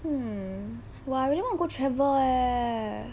hmm !wah! I really wanna go travel eh